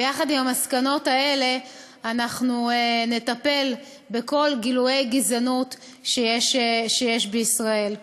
ביחד עם המסקנות האלה נטפל בכל גילויי גזענות שיש בישראל.